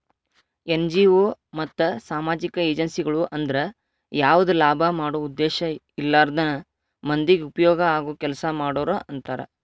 NGO ಮತ್ತ ಸಾಮಾಜಿಕ ಏಜೆನ್ಸಿಗಳು ಅಂದ್ರ ಯಾವದ ಲಾಭ ಮಾಡೋ ಉದ್ದೇಶ ಇರ್ಲಾರ್ದನ ಮಂದಿಗೆ ಉಪಯೋಗ ಆಗೋ ಕೆಲಸಾ ಮಾಡೋರು ಅಂತ